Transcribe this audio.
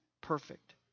perfect